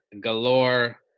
Galore